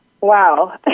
Wow